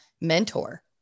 mentor